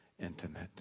intimate